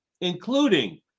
including